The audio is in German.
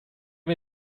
wir